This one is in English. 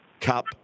Cup